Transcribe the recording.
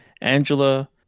Angela